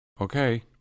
Okay